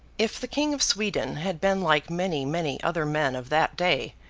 if the king of sweden had been like many, many other men of that day,